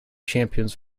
champions